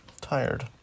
tired